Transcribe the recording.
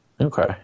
Okay